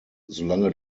solange